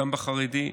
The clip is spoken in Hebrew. גם בחרדי.